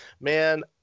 Man